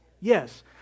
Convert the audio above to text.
Yes